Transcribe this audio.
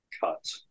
cut